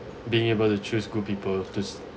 being able to choose good people just